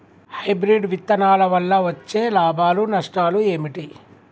Hybrid విత్తనాల వల్ల వచ్చే లాభాలు నష్టాలు ఏమిటి?